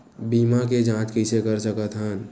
बीमा के जांच कइसे कर सकत हन?